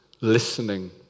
listening